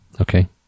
Okay